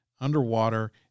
underwater